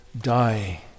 die